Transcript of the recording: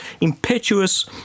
impetuous